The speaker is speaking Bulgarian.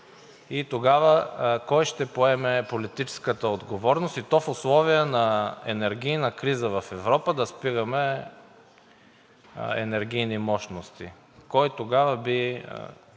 Тогава кой ще поеме политическата отговорност, и то в условия на енергийна криза в Европа, да спираме енергийни мощности? Кой тогава би